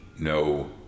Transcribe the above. no